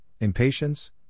impatience